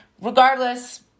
Regardless